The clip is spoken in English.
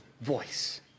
voice